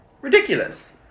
Ridiculous